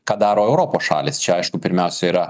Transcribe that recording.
ką daro europos šalys čia aišku pirmiausia yra